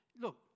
Look